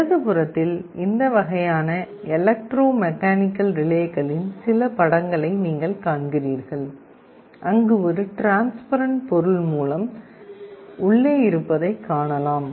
இடதுபுறத்தில் இந்த வகையான எலக்ட்ரோ மெக்கானிக்கல் ரிலேக்களின் சில படங்களை நீங்கள் காண்கிறீர்கள் அங்கு ஒரு ட்ரான்ஸ்பரண்ட் பொருள் மூலம் உள்ளே இருப்பதைக் காணலாம்